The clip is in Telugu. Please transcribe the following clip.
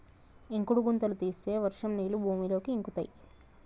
ఇంకుడు గుంతలు తీస్తే వర్షం నీళ్లు భూమిలోకి ఇంకుతయ్